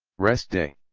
rest day.